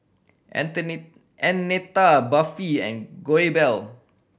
Annetta Buffy and